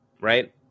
right